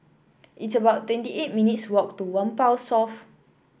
it's about twenty eight minutes walk to Whampoa South